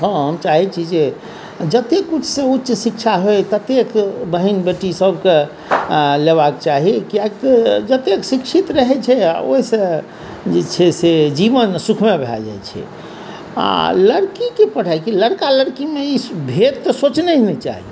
हम चाहय छी जे जतेक उच्च से उच्च शिक्षा होइ ततेक बहिन बेटी सबके लेबाके चाही किएकि जतेक शिक्षित रहै छै ओहिसँ जे छै से जीवन सुखमय भऽ जाइ छै आ लड़की के पढ़ाई के लड़का लड़की मे ई भेद तऽ सोचने नहि चाही